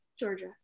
Georgia